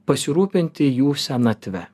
pasirūpinti jų senatve